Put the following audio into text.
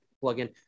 plug-in